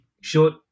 short